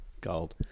gold